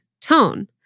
tone